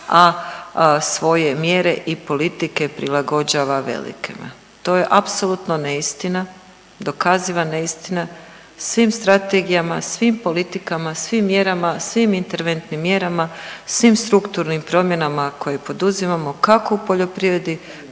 a svoje mjere i politike prilagođava velikima, to je apsolutno neistina, dokaziva neistina, svim strategijama, svim politikama, svim mjerama, svim interventnim mjerama, svim strukturnim promjenama koje poduzimamo kako u poljoprivredi